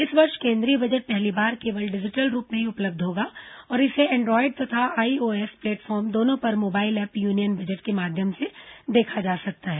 इस वर्ष केन्द्रीय बजट पहली बार केवल डिजिटल रूप में ही उपलब्ध होगा और इसे एंड्रॉइड तथा आईओएस प्लेटफॉर्म दोनों पर मोबाइल ऐप यूनियन बजट के माध्यम से देखा जा सकता है